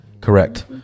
Correct